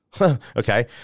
Okay